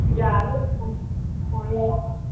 ꯌꯥꯅꯤ ꯎꯝ